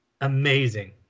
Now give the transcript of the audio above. amazing